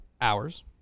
hours